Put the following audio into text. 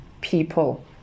people